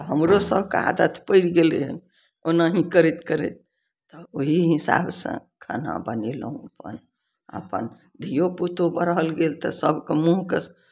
हमरो सबके आदत पड़ि गेलय ओनाही करैत करैत ओही हिसाबसँ खाना बनेलहुँ अपन अपन धिओपूतो बढ़ल गेल तऽ सबके मुँहकए